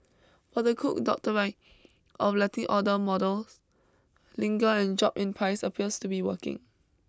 but the Cook Doctrine of letting older model linger and drop in price appears to be working